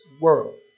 world